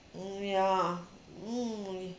mm yeah mm